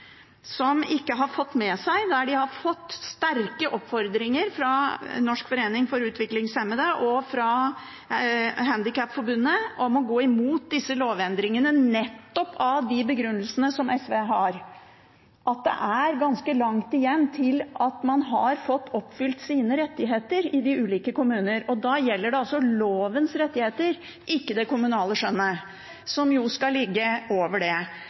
som ikke har fått med seg de sterke oppfordringene fra Norsk Forbund for Utviklingshemmede og fra Handikapforbundet om å gå imot disse lovendringene, nettopp med de begrunnelsene som SV har, at det er ganske langt igjen til man oppfyller rettighetene i de ulike kommunene. Da gjelder det lovens rettigheter, og ikke det kommunale skjønnet som skal ligge over det.